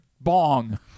bong